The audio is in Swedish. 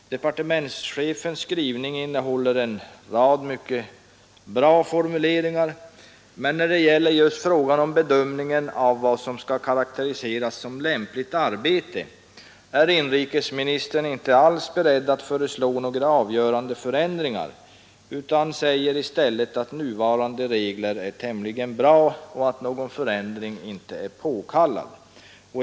Departementschefens skrivning innehåller en rad mycket bra formuleringar, men när det gäller frågan om vad som skall karakteriseras som ”lämpligt arbete” är inrikesministern inte alls beredd att föreslå några avgörande förändringar utan säger i stället, att nuvarande regler är tämligen bra och att någon förändring inte är påkallad.